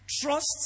trust